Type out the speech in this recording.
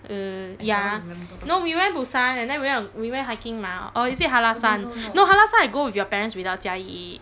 err ya no we went busan and then we went on we went hiking mah or is it hallasan no hallasan I go with your parents without jia yi